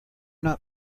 not